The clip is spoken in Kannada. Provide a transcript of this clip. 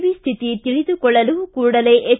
ವಿ ಸ್ಥಿತಿ ತಿಳಿದುಕೊಳ್ಳಲು ಕೂಡಲೇ ಎಚ್